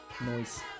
Noise